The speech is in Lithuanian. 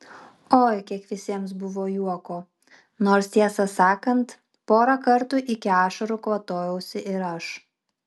oi kiek visiems buvo juoko nors tiesą sakant porą kartų iki ašarų kvatojausi ir aš